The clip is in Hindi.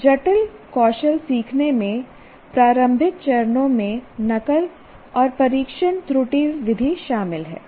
एक जटिल कौशल सीखने में प्रारंभिक चरणों में नकल और परीक्षण त्रुटि विधि शामिल है